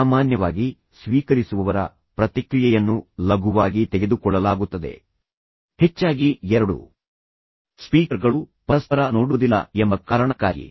ಸಾಮಾನ್ಯವಾಗಿ ಸ್ವೀಕರಿಸುವವರ ಪ್ರತಿಕ್ರಿಯೆಯನ್ನು ಲಘುವಾಗಿ ತೆಗೆದುಕೊಳ್ಳಲಾಗುತ್ತದೆ ಹೆಚ್ಚಾಗಿ ಎರಡೂ ಸ್ಪೀಕರ್ಗಳು ಪರಸ್ಪರ ನೋಡುವುದಿಲ್ಲ ಎಂಬ ಕಾರಣಕ್ಕಾಗಿ